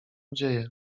dzieje